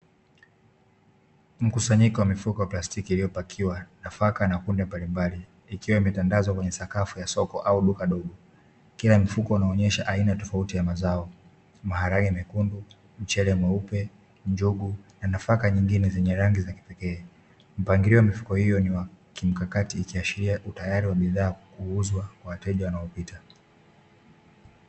Mkusanyiko wa mifuko ya plastiki iliyopakiwa nafaka na kunde mbalimbali ikiwa imetandazwa kwenye sakafu ya soko au duka dogo. Kila mfuko unaonesha aina tofauti ya mazao: maharage mekundu, mchele mweupe, njugu na nafaka nyingine zenye rangi za kipekee. Mpangilio wa mifuko hiyo ni wa kimkakatia, ukiashiria utayari wa bidhaa kuuzwa kwa wateja wanaopita.